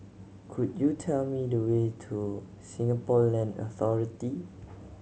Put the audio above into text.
could you tell me the way to Singapore Land Authority